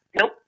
Nope